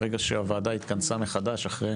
מרגע שהוועדה התכנסה מחדש, אחרי